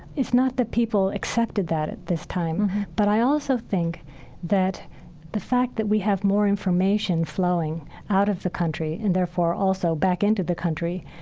it's not that people accepted that at this time. but i also think that the fact that we have more information flowing out of the country, and therefore also back into the country,